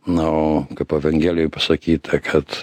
na o kaip evangelijoj pasakyta kad